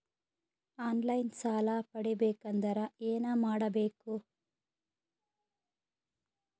On line ಸಾಲ ಪಡಿಬೇಕಂದರ ಏನಮಾಡಬೇಕು?